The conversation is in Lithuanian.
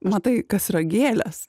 matai kas yra gėlės